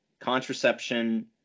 contraception